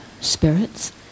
spirits